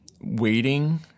waiting